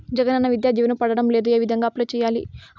జగనన్న విద్యా దీవెన పడడం లేదు ఏ విధంగా అప్లై సేయాలి